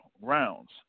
rounds